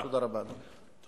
תודה רבה, אדוני.